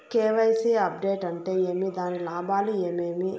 KYC update అంటే ఏమి? దాని లాభాలు ఏమేమి?